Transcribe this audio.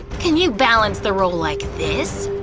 can you balance the roll like this?